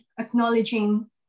acknowledging